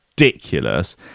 ridiculous